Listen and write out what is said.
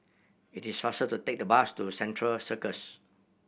it is faster to take the bus to Central Circus